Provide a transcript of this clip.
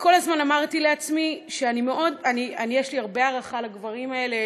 וכל הזמן אמרתי לעצמי שיש לי הרבה הערכה לגברים האלה,